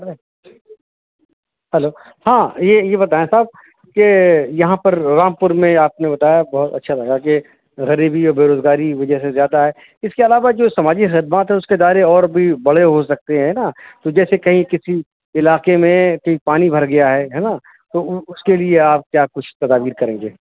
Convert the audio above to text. hello ہاں یہ یہ بتائیں صاحب کہ یہاں پر رامپور میں آپ نے بتایا بہت اچھا لگا کہ غریبی اور بے روزگاری وجہ سے زیادہ ہے اس کے علاوہ جو سماجی خدمات ہیں اس کے دائرے اور بھی بڑے ہو سکتے ہیں نا تو جیسے کہیں کسی علاقے میں کہیں پانی بھر گیا ہے ہے نا تو اس کے لیے آپ کیا کچھ تدابیر کریں گے